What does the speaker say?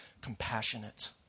compassionate